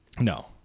no